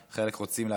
חלק רוצים לחיות במושב,